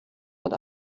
what